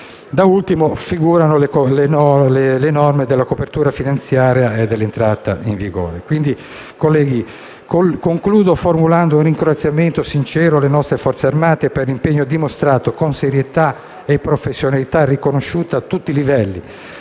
Da ultimo, figurano le norme sulla copertura finanziaria e sull'entrata in vigore. Concludo formulando un ringraziamento sincero alle nostre Forze armate per l'impegno dimostrato, con serietà e professionalità riconosciuta a tutti i livelli,